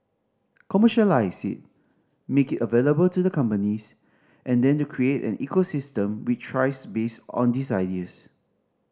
commercialise it make it available to the companies and then to create an ecosystem which thrives based on these ideas